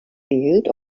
field